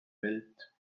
welt